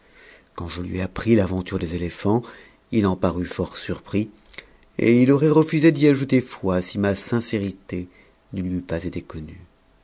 quand je lui appris l'aventure des éléphants il en parut tort surpris et il aurait refusé d'y ajouter foi si ma sincérité ne lui eût pas été connue